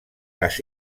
gas